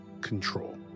control